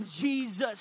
Jesus